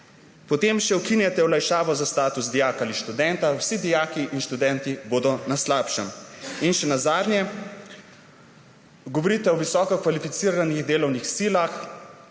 Potem ukinjate še olajšavo za status dijaka ali študenta. Vsi dijaki in študentje bodo na slabšem. In še nazadnje. Govorite o visoko kvalificiranih delovnih silah,